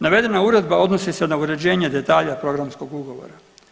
Navedena uredba odnosi se na uređenje detalja programskog ugovora.